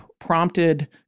prompted